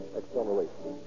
acceleration